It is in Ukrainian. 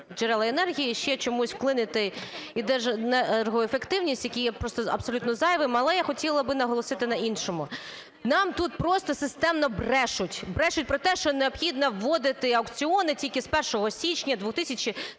джерела енергії, ще чомусь вклинити і Держенергоефективність, який є просто абсолютно зайвим. Але я хотіла би наголосити на іншому. Нам тут просто системно брешуть, брешуть про те, що необхідно вводити аукціони тільки з 1 січня 2020 року,